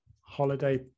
holiday